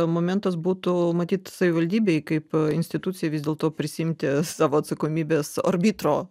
momentas būtų matyt savivaldybei kaip institucijai vis dėlto prisiimti savo atsakomybės orbitro